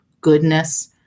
goodness